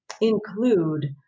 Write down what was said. include